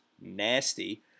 nasty